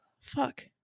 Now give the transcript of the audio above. fuck